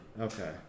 Okay